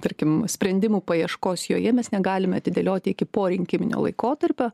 tarkim sprendimų paieškos joje mes negalim atidėlioti iki po rinkiminio laikotarpio